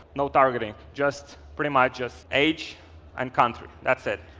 no targeting, just pretty much just age and country, that's it.